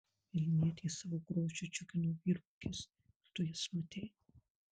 vilnietės savo grožiu džiugino vyrų akis ar tu jas matei